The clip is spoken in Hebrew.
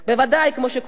כמו שכולכם מכירים,